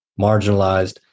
marginalized